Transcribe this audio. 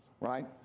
right